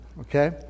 okay